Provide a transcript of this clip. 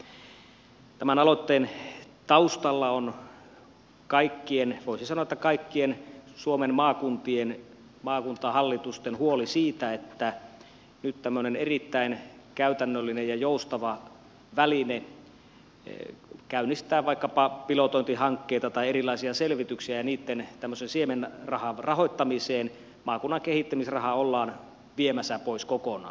tämän aloitteen taustalla on voisi sanoa kaikkien suomen maakuntien maakuntahallitusten huoli siitä että nyt tämmöinen erittäin käytännöllinen ja joustava väline käynnistää vaikkapa pilotointihankkeita tai erilaisia selvityksiä niitten tämmöinen siemenrahoitus eli maakunnan kehittämisraha ollaan viemässä pois kokonaan